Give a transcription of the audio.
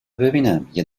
ببینم، یه